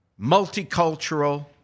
multicultural